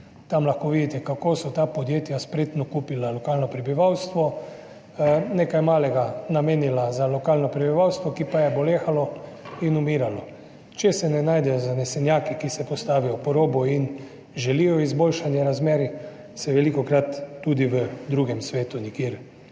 Tam lahko vidite, kako so ta podjetja spretno kupila lokalno prebivalstvo, nekaj malega namenila za lokalno prebivalstvo, ki pa je bolehalo in umiralo. Če se ne najdejo zanesenjaki, ki se postavijo po robu in želijo izboljšanje razmer, se velikokrat tudi v drugem svetu nikjer ne